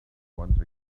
once